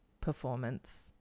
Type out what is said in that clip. performance